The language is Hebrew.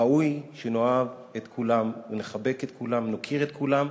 ראוי שנאהב את כולם ונחבק את כולם ונוקיר את כולם,